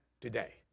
today